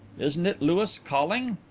isn't it louis calling?